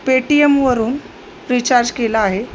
पेटीएमवरून recharge केला आहे